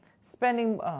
Spending